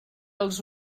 als